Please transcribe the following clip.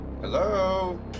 Hello